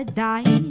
die